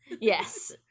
Yes